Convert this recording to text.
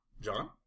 John